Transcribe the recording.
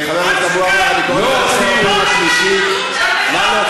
לא היו שם, לא היה כלום.